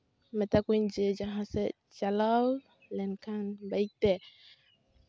ᱢᱮᱛᱟ ᱠᱚᱣᱟᱧ ᱡᱮ ᱡᱟᱦᱟᱸ ᱥᱮᱫ ᱪᱟᱞᱟᱣ ᱞᱮᱱᱠᱷᱟᱱ ᱵᱟᱹᱭᱤᱠ ᱛᱮ